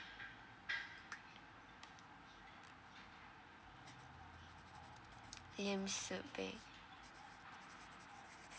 lim soo beng